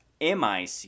MIC